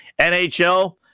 NHL